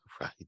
Right